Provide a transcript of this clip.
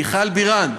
מיכל בירן,